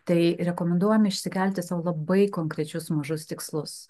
tai rekomenduojam išsikelti sau labai konkrečius mažus tikslus